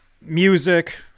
Music